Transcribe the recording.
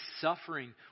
suffering